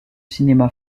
cinéma